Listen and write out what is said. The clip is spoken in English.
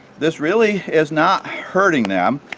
this really is not hurting them,